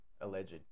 alleged